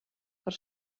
per